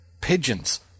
pigeons